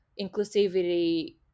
inclusivity